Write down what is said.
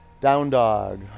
down-dog